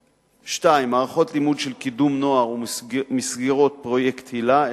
2. מערכות לימוד של קידום נוער ומסגרות פרויקט תהיל"ה,